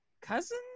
cousin